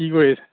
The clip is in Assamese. কি কৰি আছ